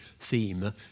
theme